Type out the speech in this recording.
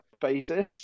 basis